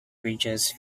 bridges